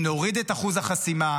אם נוריד את אחוז החסימה,